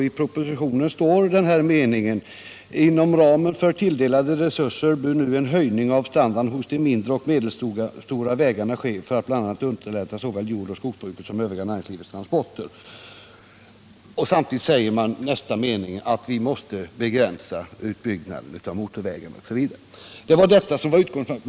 I propositionen står nämligen följande mening: ”Inom ramen för tilldelade resurser bör nu en höjning av standarden hos de mindre och medelstora vägarna ske bl.a. för att underlätta såväl jordoch skogsbruket som övriga näringslivets transporter.” I följande mening står det att vi måste begränsa utbyggnaden av motorvägarna. Detta var utgångspunkten för mitt resonemang.